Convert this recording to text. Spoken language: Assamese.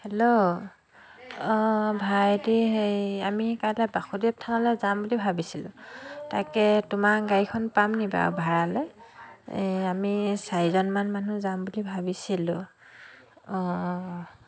হেল্ল' ভাইটি হেৰি আমি কাইলৈ বাসুদেৱ থানলৈ যাম বুলি ভাবিছিলোঁ তাকে তোমাৰ গাড়ীখন পাম নি বাৰু ভাড়ালৈ এই আমি চাৰিজনমান মানুহ যাম বুলি ভাবিছিলোঁ অঁ অঁ অঁ